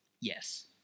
Yes